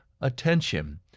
attention